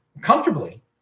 comfortably